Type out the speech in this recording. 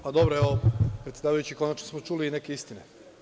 Pa, dobro evo predsedavajući konačno smo čuli neke istine.